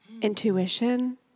Intuition